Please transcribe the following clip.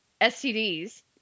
STDs